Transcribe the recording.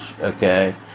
okay